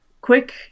quick